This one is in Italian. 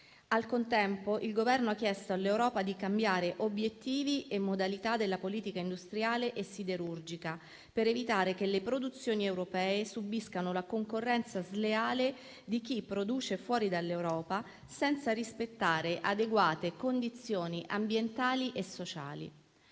Al contempo, il Governo ha chiesto all'Europa di cambiare obiettivi e modalità della politica industriale e siderurgica, per evitare che le produzioni europee subiscano la concorrenza sleale di chi produce fuori dall'Europa, senza rispettare adeguate condizioni ambientali e sociali.